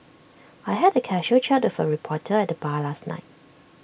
I had A casual chat with A reporter at the bar last night